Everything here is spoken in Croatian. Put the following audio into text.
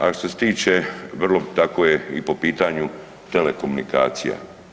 A što se tiče vrlo, tako je i po pitanju telekomunikacija.